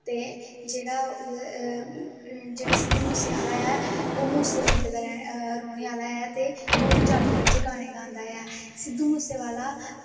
ते जेह्ड़ा सिध्दू मूसे वाला ऐ ओह् मूसे पिंड दा रौह्ने आह्ला ऐ ते ओह् पंजाबी बिच्च गाने गांदा ऐ सिध्दू मूसे वाला